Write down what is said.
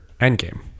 Endgame